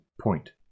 point